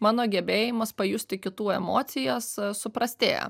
mano gebėjimas pajusti kitų emocijas suprastėja